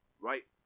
right